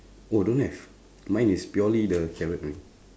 oh don't have mine is purely the carrot uh